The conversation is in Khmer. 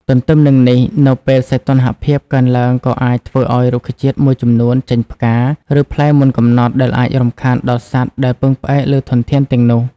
ទទ្ទឹមនឹងនេះ នៅពេលសីតុណ្ហភាពកើនឡើងក៏អាចធ្វើឱ្យរុក្ខជាតិមួយចំនួនចេញផ្កា ឬផ្លែមុនកំណត់ ដែលអាចរំខានដល់សត្វដែលពឹងផ្អែកលើធនធានទាំងនោះ។